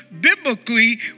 biblically